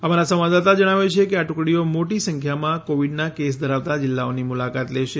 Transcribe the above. અમારા સંવાદદાતા જણાવે છે કે આ ટુકડીઓ મોટી સંખ્યામાં કોવિડનાં કેસ ધરાવતા જિલ્લાઓની મુલાકાત લેશે